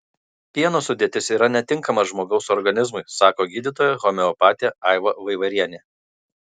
pieno sudėtis yra netinkama žmogaus organizmui sako gydytoja homeopatė aiva vaivarienė